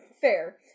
fair